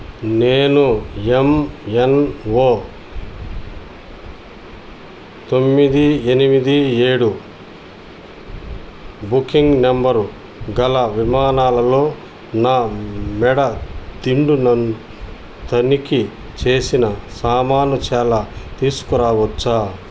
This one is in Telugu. నేను ఎంఎన్ఓ తొమ్మిది ఎనిమిది ఏడు బుకింగ్ నెంబరు గల విమానాలలో నా మెడ దిండును తనిఖీ చేసిన సామాను లాగ తీసుకురావచ్చా